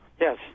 Yes